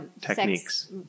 techniques